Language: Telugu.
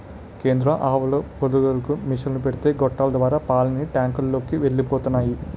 కేంద్రంలో ఆవుల పొదుగులకు మిసన్లు పెడితే గొట్టాల ద్వారా పాలన్నీ టాంకులలోకి ఎలిపోతున్నాయి